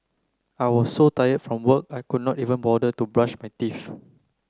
I was so tired from work I could not even bother to brush my teeth